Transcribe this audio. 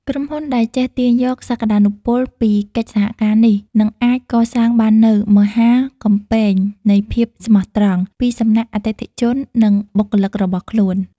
ក្រុមហ៊ុនដែលចេះទាញយកសក្ដានុពលពីកិច្ចសហការនេះ នឹងអាចកសាងបាននូវ "មហាកំពែងនៃភាពស្មោះត្រង់" ពីសំណាក់អតិថិជន និងបុគ្គលិករបស់ខ្លួន។